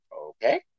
Okay